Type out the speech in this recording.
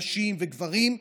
נשים וגברים,